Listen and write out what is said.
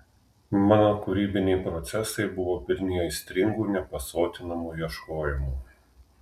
mano kūrybiniai procesai buvo pilni aistringų nepasotinamų ieškojimų